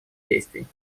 действий